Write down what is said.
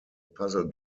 puzzle